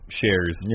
shares